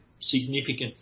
significant